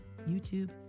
YouTube